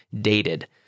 dated